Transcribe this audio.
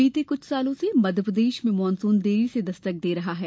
बीते कुछ सालों से मध्यप्रदेश में मानसून देरी से दस्तक दे रहा है